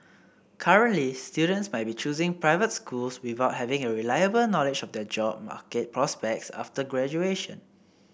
currently students might be choosing private schools without having a reliable knowledge of their job market prospects after graduation